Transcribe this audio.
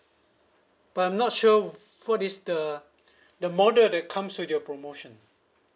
but I'm not sure what is the the model that comes with your promotion